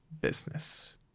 business